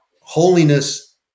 holiness